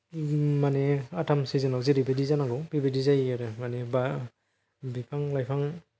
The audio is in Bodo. माने आथाम सिजोनाव जेरैबायदि जानांगौ बेबायदि जायो आरो माने बा बिफां लाइफां